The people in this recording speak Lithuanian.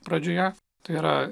pradžioje tai yra